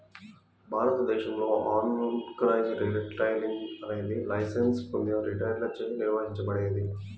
భారతదేశంలో organised retailing అనేది licence పొందిన రిటైలర్లచే నిర్వహించబడేది